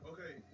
Okay